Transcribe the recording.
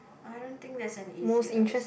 I don't think there's an easiest